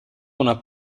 una